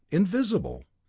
invisible.